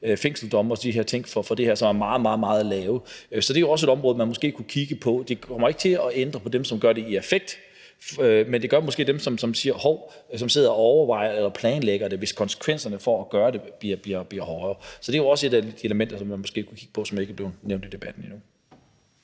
fængselsdomme for de her ting, som er meget, meget lave. Så det er også et område, man måske kunne kigge på. Det kommer ikke til at ændre noget for dem, som gør det i affekt, men det gør det måske for dem, som sidder og overvejer og planlægger det, hvis konsekvenserne ved at gøre det bliver større. Så det er jo også et element, som man måske kunne kigge på, og som ikke er blevet nævnt i debatten endnu.